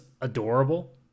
adorable